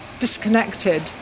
disconnected